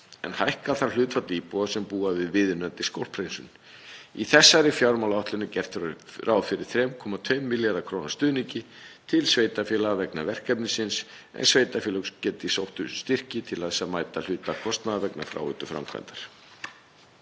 en hækka þarf hlutfall íbúa sem búa við viðunandi skolphreinsun. Í þessari fjármálaáætlun er gert ráð fyrir 3,2 milljarða kr. stuðningi til sveitarfélaga vegna verkefnisins en sveitarfélög geta sótt um styrki til að mæta hluta kostnaðar vegna fráveituframkvæmda.